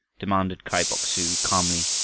demanded kai bok-su calmly,